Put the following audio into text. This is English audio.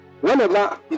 whenever